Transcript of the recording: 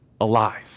alive